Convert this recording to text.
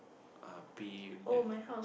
ah pay the